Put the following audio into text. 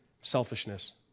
selfishness